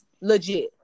legit